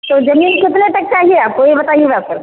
तो जमीन कितने तक चाहिए आपको वो बताइएगा फिर